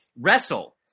wrestle